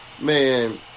man